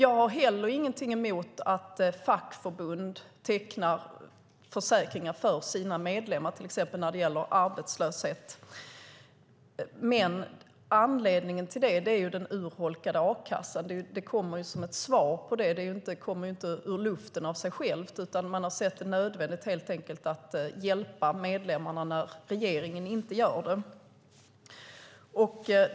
Inte heller jag har något emot att fackförbund tecknar till exempel arbetslöshetsförsäkringar för sina medlemmar. Men anledningen är ju den urholkade a-kassan. Det här kommer som ett svar på det. Det är inte gripet ur luften - det kommer inte av sig självt - utan man har helt enkelt sett det som nödvändigt att hjälpa medlemmarna när regeringen inte gör det.